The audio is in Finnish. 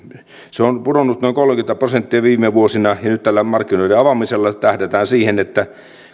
kulutus on pudonnut noin kolmekymmentä prosenttia viime vuosina ja nyt tällä markkinoiden avaamisella tähdätään siihen että